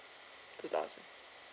two thousand